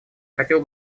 хотел